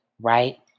Right